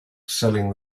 selling